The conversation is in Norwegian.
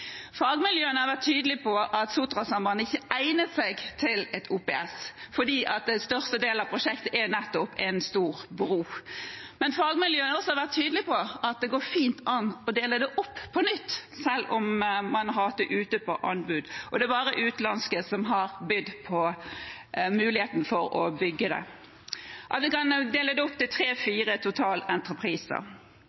Fagmiljøene har vært tydelige på at Sotrasambandet ikke egnet seg til et OPS fordi størstedelen av prosjektet nettopp er en stor bro. Men fagmiljøene har også vært tydelig på at det går fint an å dele det opp på nytt, selv om man har hatt det ute på anbud. Det er bare utenlandske som har bydd på muligheten for å bygge det. Vi kan dele det opp til